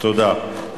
תודה.